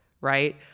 right